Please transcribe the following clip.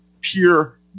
pure